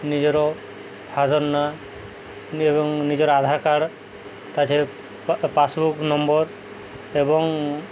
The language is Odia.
ନିଜର ଫାଦର୍ ନାଁ ଏବଂ ନିଜର ଆଧାର କାର୍ଡ୍ ତାଛଡ଼ା ପାସ୍ବୁକ୍ ନମ୍ବର ଏବଂ